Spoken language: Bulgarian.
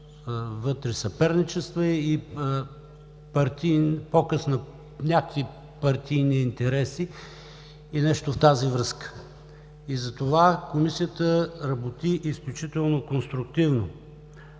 вътре за съперничества и показ на някакви партийни интереси, и нещо в тази връзка. Затова Комисията работи изключително конструктивно.